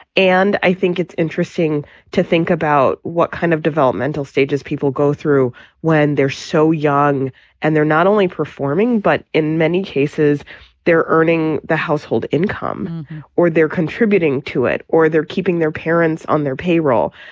and i think it's interesting to think about what kind of developmental stages people go through when they're so young and they're not only performing, but in many cases they're earning the household income or they're contributing to it or they're keeping their parents on their payroll.